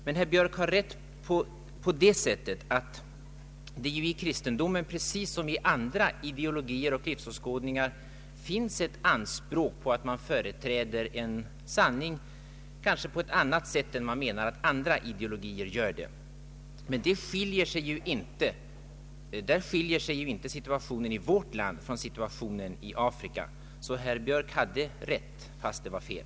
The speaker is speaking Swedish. Men herr Björk har rätt så till vida att det i kristendomen precis som i andra ideologier och livsåskådningar finns ett anspråk på att man företräder en sanning, kanske på ett annat sätt än man menar att andra ideologier gör. Men där skiljer sig ju inte situa tionen i vårt land från situationen i Afrika. Därför hade herr Björk rätt, fast det var fel.